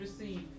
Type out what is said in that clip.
received